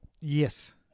Yes